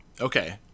Okay